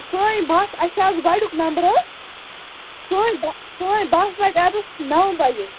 سوے بَس اَسہِ چھِ آز گۄڈیُک نمبر حظ سوے بَہ سوے بَس واتہِ اَتٮ۪تھ نَو بَجے